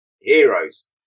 heroes